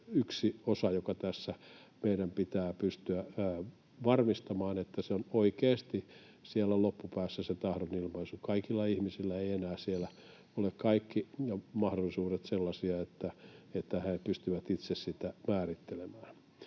yksi osa, joka tässä meidän pitää pystyä varmistamaan, että se on oikeasti siellä loppupäässä se tahdonilmaisu. Kaikilla ihmisillä eivät enää siellä ole kaikki mahdollisuudet sellaisia, että he pystyvät itse sitä määrittelemään.